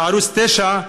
בערוץ 9,